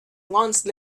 once